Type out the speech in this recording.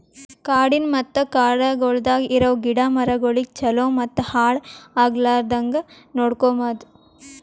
ಕಾಡಿನ ಮತ್ತ ಕಾಡಗೊಳ್ದಾಗ್ ಇರವು ಗಿಡ ಮರಗೊಳಿಗ್ ಛಲೋ ಮತ್ತ ಹಾಳ ಆಗ್ಲಾರ್ದಂಗ್ ನೋಡ್ಕೋಮದ್